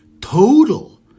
total